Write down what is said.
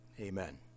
Amen